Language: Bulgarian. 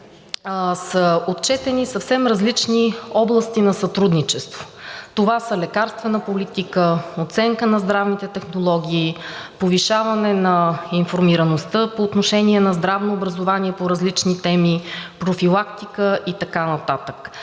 са отчетени съвсем различни области на сътрудничество. Това са лекарствена политика, оценка на здравните технологии, повишаване на информираността по отношение на здравно образование по различни теми, профилактика и така нататък.